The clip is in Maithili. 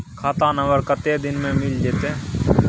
खाता नंबर कत्ते दिन मे मिल जेतै?